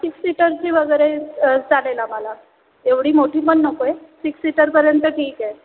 six सीटरची वगैरे चालेल आम्हाला एवढी मोठी पण नको आहे सिक्स सीटरपर्यंत ठीक आहे